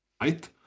right